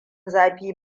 zafi